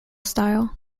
style